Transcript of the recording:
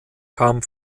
kam